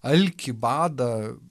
alkį badą